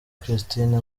christine